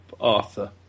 Arthur